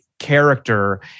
Character